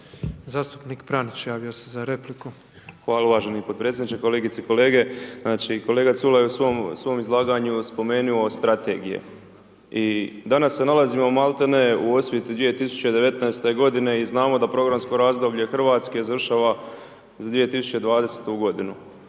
Zastupnik Pranić, javio se za repliku. **Pranić, Ante (NLM)** Hvala uvaženi potpredsjedniče, kolegice i kolege. Znači kolega Culej je u svom izlaganju spomenuo strategije i danas se nalazimo maltene u …/Govornik se ne razumije./… 2019. g. i znamo da programsko razdoblje Hrvatske završava 2020. g.